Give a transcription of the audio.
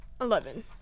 Eleven